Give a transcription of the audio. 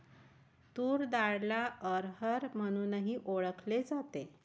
तूर डाळला अरहर म्हणूनही ओळखल जाते